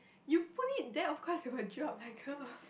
you put it there of course it'll drop lah come on